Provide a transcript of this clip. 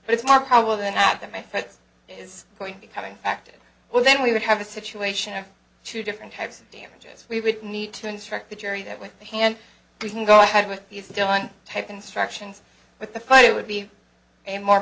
but it's more probable than not that my foot is going to become infected well then we would have a situation of two different types of damages we would need to instruct the jury that with a hand you can go ahead with these done type instructions but the fight would be a more